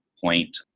point